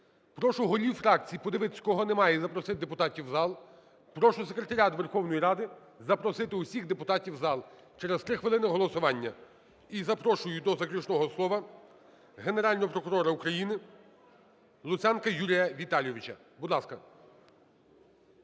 Прошу голів фракцій подивитися, кого немає, і запросити депутатів в зал. Прошу Секретаріат Верховної Ради запросити усіх депутатів в зал, через 3 хвилини – голосування. І запрошую до заключного слова Генерального прокурора України Луценка Юрія Віталійовича. Будь ласка.